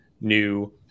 new